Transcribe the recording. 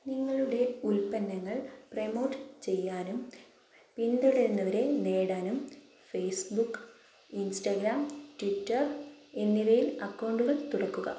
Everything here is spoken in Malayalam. നിങ്ങളുടെ ഉൽപ്പന്നങ്ങൾ പ്രൊമോട്ട് ചെയ്യാനും പിന്തുടരുന്നവരെ നേടാനും ഫേസ്ബുക്ക് ഇൻസ്റ്റഗ്രാം ട്വിറ്റെർ എന്നിവയിൽ അക്കൗണ്ടുകൾ തുറക്കുക